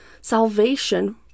salvation